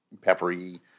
peppery